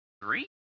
three